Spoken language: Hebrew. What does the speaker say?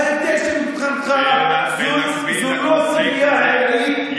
ההבדל הוא שמבחינתך זו לא סוגיה עיקרית,